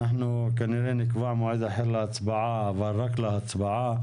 כנראה נקבע מועד אחר להצבעה אבל רק להצבעה.